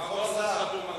זה חוק סער.